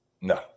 No